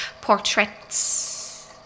Portraits